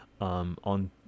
on